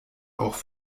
auch